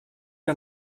que